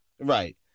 Right